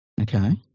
Okay